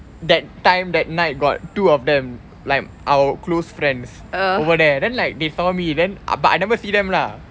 that time that night got two of them like our close friends over there then like they saw me then but I I never see them lah